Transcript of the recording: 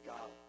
God